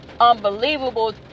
unbelievable